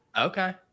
Okay